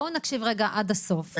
בואו נקשיב עד הסוף.